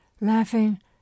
laughing